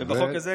ובחוק הזה,